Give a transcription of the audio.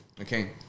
okay